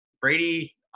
Brady